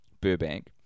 Burbank